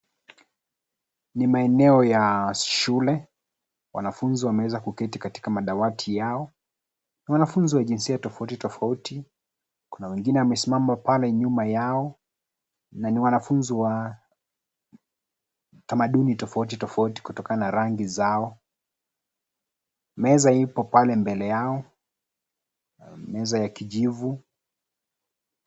Ni maeneo ya shule, wanafunzi wameweza kuketi katika madawati yao, ni wanafunzi wa jinsia tofauti tofauti. Kuna wengine wamesimama pale nyuma yao na ni wanafunzi wa tamaduni tofauti tofauti kutokana na rangi zao. Meza ipo pale mbele yao, meza ya kijivu.